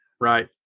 Right